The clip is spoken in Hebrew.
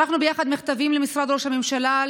שלחנו ביחד מכתבים למשרד ראש הממשלה,